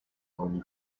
only